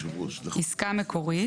"עסקה מקורית"